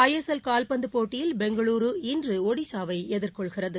ISL கால்பந்து போட்டியில் பெங்களூரு இன்று ஒடிசாவை எதிர்கொள்கிறது